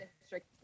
district